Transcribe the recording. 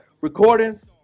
recordings